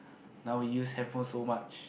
now we use handphone so much